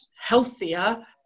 healthier